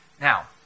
Now